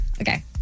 Okay